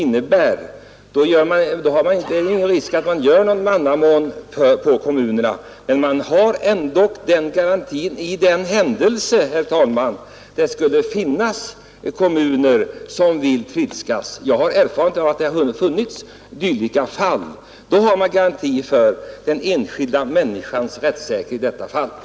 Det föreligger ingen risk att man visar mannamån mot kommunerna, men man har ändå denna garanti i den händelse det skulle finnas kommuner som vill trilskas. Jag har erfarenhet av dylika fall, men här får man alltså en garanti för den enskilda människans rättssäkerhet i detta hänseende.